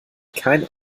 kein